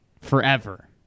forever